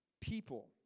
people